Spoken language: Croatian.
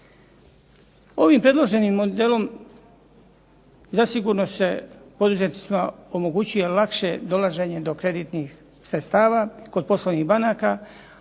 Ovim predloženim modelom zasigurno se poduzetnicima omogućuje lakše dolaženje do kreditnih sredstava kod poslovnih banaka,